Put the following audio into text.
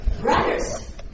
brothers